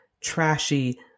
trashy